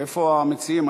איפה המציעים?